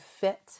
fit